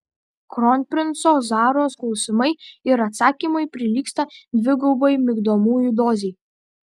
kronprinco zaros klausimai ir atsakymai prilygsta dvigubai migdomųjų dozei